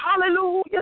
Hallelujah